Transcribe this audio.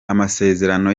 amasezerano